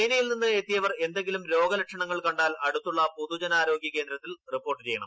ചൈനയിൽ നിന്ന് എത്തിയവർ എന്തെങ്കിലും ലക്ഷണങ്ങൾ കണ്ടാൽ അടുത്തുള്ള പൊതുജനാരോഗ്യ കേന്ദ്രത്തിൽ റിപ്പോർട്ട് ചെയ്യണം